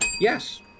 Yes